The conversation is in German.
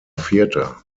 vierter